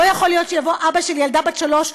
לא יכול להיות שיבוא אבא של ילדה בת שלוש,